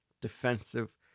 defensive